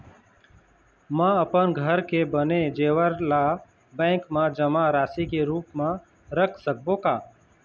म अपन घर के बने जेवर ला बैंक म जमा राशि के रूप म रख सकबो का?